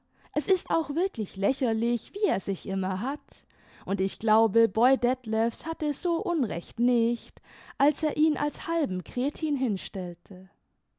es ist auch wirklich lächerlich wie er sich immer hat und ich glaube boy detlefs hatte so unrecht nicht als er ihn als halben kretin hinstellte